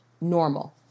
normal